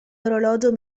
orologio